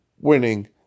winning